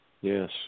Yes